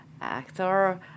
actor